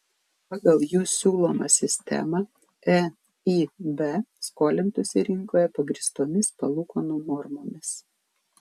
pagal jų siūlomą sistemą eib skolintųsi rinkoje pagrįstomis palūkanų normomis